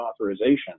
authorization